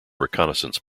reconnaissance